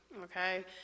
okay